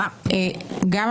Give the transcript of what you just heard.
וזה מאוד קשה